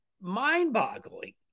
mind-boggling